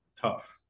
tough